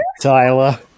Tyler